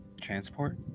Transport